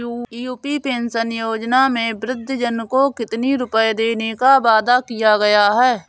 UP pension योजना में वृद्धजन को कितनी रूपये देने का वादा किया गया है?